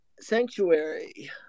Sanctuary